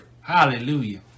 Hallelujah